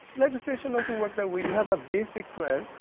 legislation doesn't work that way. you have a basic plan.